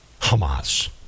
Hamas